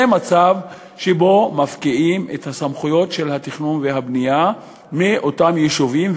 זה מצב שבו מפקיעים את הסמכויות של התכנון והבנייה מאותם יישובים,